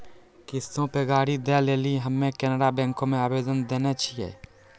किश्तो पे गाड़ी दै लेली हम्मे केनरा बैंको मे आवेदन देने छिये